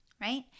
right